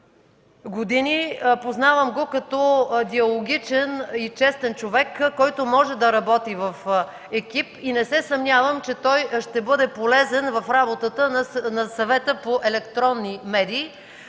години. Познавам го като диалогичен и честен човек, който може да работи в екип и не се съмнявам, че ще бъде полезен в работата на Съвета за електронни медии.